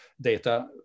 data